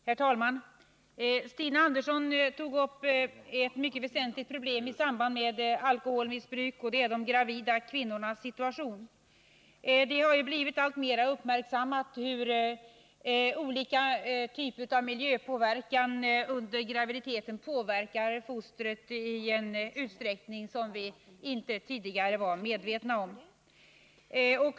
Herr talman! Stina Andersson tog upp ett mycket väsentligt problem i samband med alkoholmissbruk, nämligen de gravida kvinnornas situation. Det har blivit alltmera uppmärksammat hur olika typer av miljöpåverkan under graviditeten drabbar fostret i en utsträckning som vi inte tidigare var medvetna om.